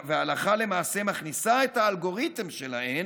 והלכה למעשה מכניסה את האלגוריתם שלהן